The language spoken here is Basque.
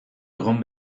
egon